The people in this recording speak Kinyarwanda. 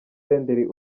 senderi